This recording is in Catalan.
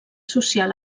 social